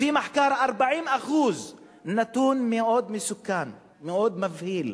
לפי מחקר, 40% נתון מאוד מסוכן, מאוד מבהיל,